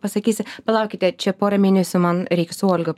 pasakysi palaukite čia porą mėnesių man reiks su olga